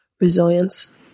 resilience